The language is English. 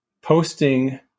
posting